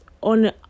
on